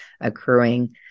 accruing